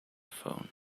phone